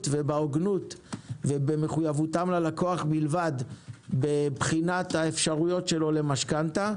ובהוגנות ובמחויבותם ללקוח בלבד בבחינת אפשרויותיו למשכנתא,